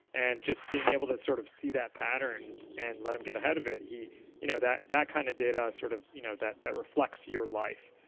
and just being able to sort of see that pattern and let them get ahead of it you know that that kind of data, sort of you know that that reflects your life.